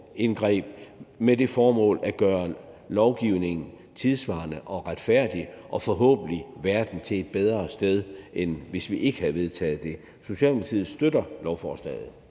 lovindgreb med det formål at gøre lovgivningen tidssvarende og retfærdig og forhåbentlig verden til et bedre sted, end hvis vi ikke havde vedtaget det. Socialdemokratiet støtter lovforslaget.